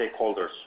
stakeholders